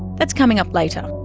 that's coming up later.